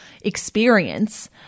experience